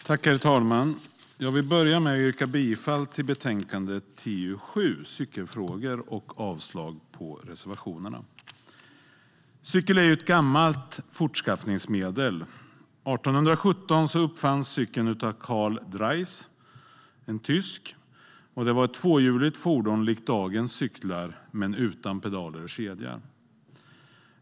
Herr talman! Jag vill börja med att yrka bifall till betänkandet TU7 Cykelfrågor och avslag på reservationerna. Cykel är ett gammalt fortskaffningsmedel. År 1817 uppfanns cykeln av Karl Drais, en tysk. Det var ett tvåhjuligt fordon likt dagens cyklar men utan pedaler och kedja.